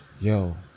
Yo